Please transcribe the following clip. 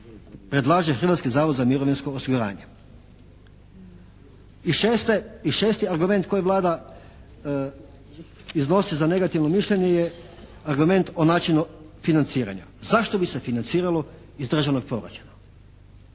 predlaže Hrvatski zavod za mirovinsko osiguranje. I šesti argument koji Vlada iznosi za negativno mišljenje je argument o načinu financiranja. Zašto bi se financiralo iz državnog proračuna?